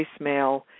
voicemail